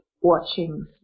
watching